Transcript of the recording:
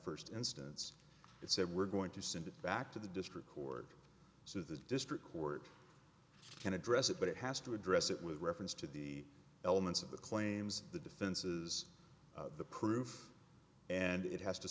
first instance it said we're going to send it back to the district court so the district court can address it but it has to address it with reference to the elements of the claims the defenses the proof and it has to